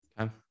Okay